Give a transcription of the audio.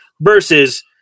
versus